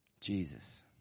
Jesus